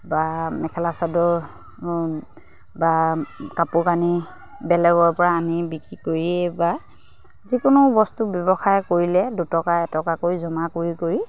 বা মেখেলা চাদৰ বা কাপোৰ কানি বেলেগৰপৰা আনি বিক্ৰী কৰিয়েই বা যিকোনো বস্তু ব্যৱসায় কৰিলে দুটকা এটকাকৈ জমা কৰি কৰি